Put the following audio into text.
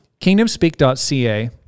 Kingdomspeak.ca